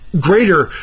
greater